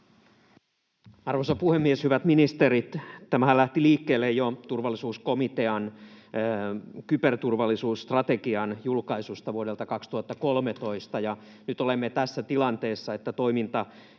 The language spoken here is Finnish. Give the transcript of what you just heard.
Arvoisa puhemies, hyvät ministerit! Tämähän lähti liikkeelle jo turvallisuuskomitean kyberturvallisuusstrategian julkaisusta vuodelta 2013, ja nyt olemme tässä tilanteessa, että toiminta